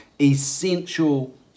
essential